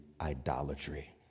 idolatry